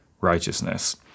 righteousness